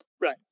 Right